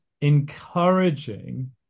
encouraging